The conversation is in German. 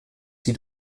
sie